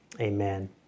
Amen